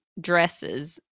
dresses